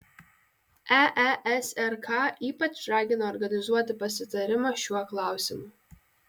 eesrk ypač ragina organizuoti pasitarimą šiuo klausimu